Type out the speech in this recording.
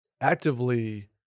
actively